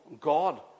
God